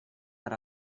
per